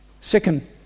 Second